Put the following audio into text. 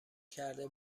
کرده